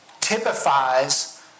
typifies